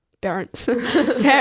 Parents